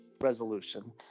resolution